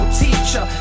teacher